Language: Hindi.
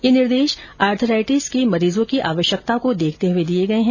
ये निर्देश आर्थराइटिस के मरीजों की आवश्यकता को देखते हुए दिए गए हैं